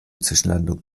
zwischenlandungen